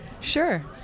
sure